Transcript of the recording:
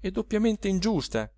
e doppiamente ingiusta